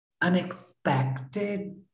unexpected